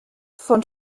von